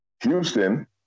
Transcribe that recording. Houston